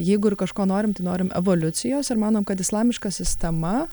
jeigu ir kažko norim norim evoliucijos ir manom kad islamiška sistema